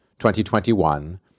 2021